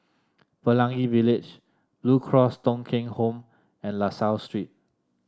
Pelangi Village Blue Cross Thong Kheng Home and La Salle Street